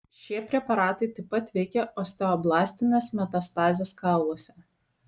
šie preparatai taip pat veikia osteoblastines metastazes kauluose